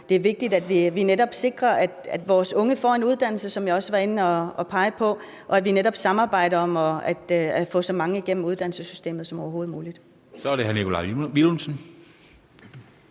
det er vigtigt, at vi netop sikrer, at vores unge får en uddannelse, som jeg også har peget på, og at vi netop samarbejder om at få så mange igennem uddannelsessystemet som overhovedet muligt. Kl. 20:06 Første næstformand